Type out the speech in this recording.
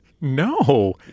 No